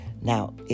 now